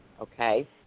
okay